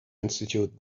institute